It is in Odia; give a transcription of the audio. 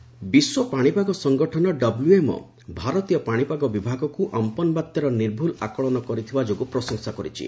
ଡବ୍ଲ୍ୟୁଏମ୍ଓ ବିଶ୍ୱ ପାଣିପାଗ ସଂଗଠନ ଡବ୍ଲ୍ୟଏମ୍ଓ ଭାରତୀୟ ପାଣିପାଗ ବିଭାଗକୁ ଅମ୍ପନ୍ ବାତ୍ୟାର ନିର୍ଭୁଲ୍ ଆକଳନ କରିଥିବା ଯୋଗୁଁ ପ୍ରଶଂସା କରିଛି